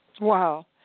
Wow